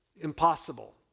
impossible